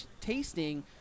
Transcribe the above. tasting